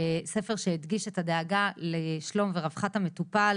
ספר שהדגיש את הדאגה לשלום ולרווחת המטופל